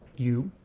you,